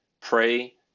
pray